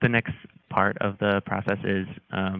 the next part of the process is